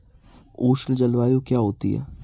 उष्ण जलवायु क्या होती है?